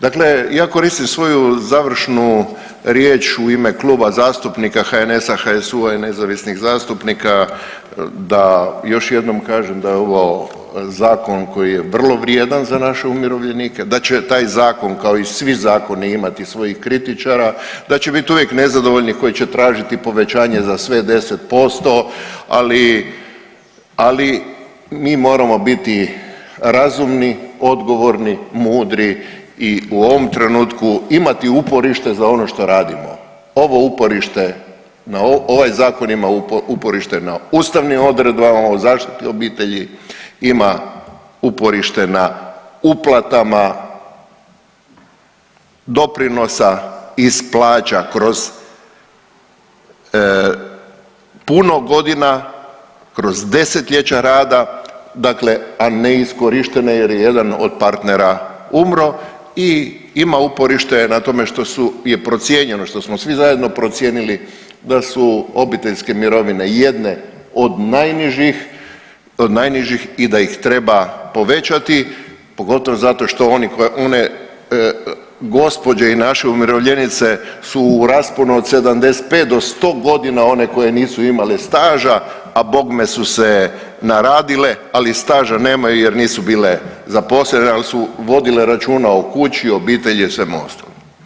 Dakle, ja koristim svoju završnu riječ u ime Kluba zastupnika HNS-a, HSU-a i nezavisnih zastupnika da još jednom kažem da je ovo zakon koji je vrlo vrijedan za naše umirovljenike, da će taj zakon kao i svi zakoni imati svojih kritičara, da će bit uvijek nezadovoljnih koji će tražiti povećanje za sve 10% ali, ali mi moramo biti razumni, odgovorni, mudri i u ovom trenutku imati uporište za ono što radimo, ovo uporište, ovaj zakon ima uporište na ustavnim odredbama zaštite obitelji, ima uporište na uplatama doprinosa iz plaća kroz puno godina, kroz 10-ljeća rada, dakle a neiskorištene jer je jedan od partnera umro i ima uporište na tome što je procijenjeno, što smo svi zajedno procijenili da su obiteljske mirovine jedne od najnižih, od najnižih i da ih treba povećati, pogotovo zato što one gospođe i naše umirovljenice su u rasponu od 75 do 100.g. one koje nisu imale staža, a bogme su se naradile, ali staža nemaju jer nisu bile zaposlene, al su vodile računa o kući, o obitelji i svemu ostalom.